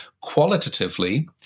Qualitatively